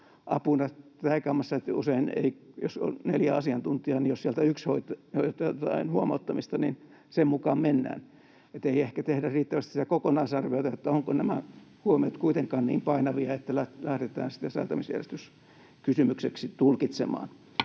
usein jos on neljä asiantuntijaa, niin jos sieltä yksi löytää jotain huomauttamista, niin sen mukaan mennään. Ei ehkä tehdä riittävästi sitä kokonaisarviota, että ovatko nämä huomiot kuitenkaan niin painavia, että päädytään sitten säätämisjärjestyskysymykseksi tulkitsemaan.